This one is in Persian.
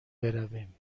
برویم